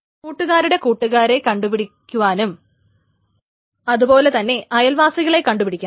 കൂട്ടുകാരുടെ കൂട്ടുകാരെ കണ്ടു പിടിക്കുവാനും ആതുപോലെ തന്നെ അയൽവാസികളെ കണ്ടു പിടിക്കാനും